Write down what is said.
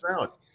out